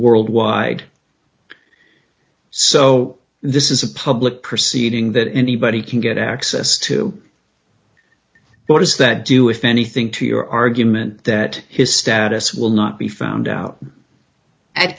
worldwide so this is a public proceeding that anybody can get access to but does that do if anything to your argument that his status will not be found out at